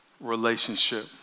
relationship